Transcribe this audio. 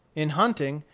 in hunting,